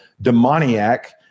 demoniac